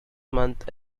month